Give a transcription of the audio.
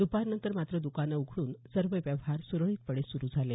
दुपारनंतर मात्र दुकाने उघडून सर्व व्यवहार सुरळीतपणे सुरु झाले